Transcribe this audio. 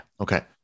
Okay